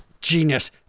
genius